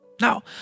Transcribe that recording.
Now